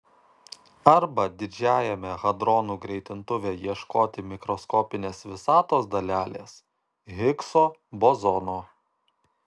arba didžiajame hadronų greitintuve ieškoti mikroskopinės visatos dalelės higso bozono